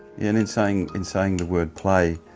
in in saying, in saying the word play,